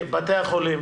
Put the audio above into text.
לבתי-החולים.